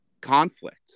conflict